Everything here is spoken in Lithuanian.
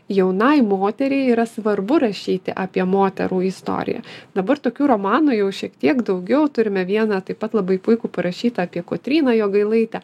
jaunai moteriai yra svarbu rašyti apie moterų istoriją dabar tokių romanų jau šiek tiek daugiau turime vieną taip pat labai puikų parašytą apie kotryną jogailaitę